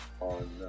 on